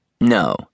No